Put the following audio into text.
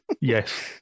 yes